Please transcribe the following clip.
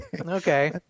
Okay